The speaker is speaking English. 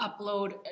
upload